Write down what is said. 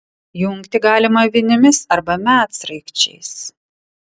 jungti galima vinimis arba medsraigčiais